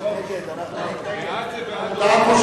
היתה ההודעה?